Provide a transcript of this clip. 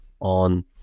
on